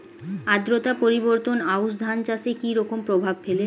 আদ্রতা পরিবর্তন আউশ ধান চাষে কি রকম প্রভাব ফেলে?